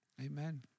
Amen